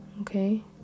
okay